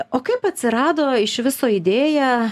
o kaip atsirado iš viso idėja